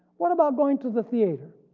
what about going to the theater,